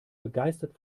begeistert